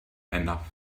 enough